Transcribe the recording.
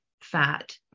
fat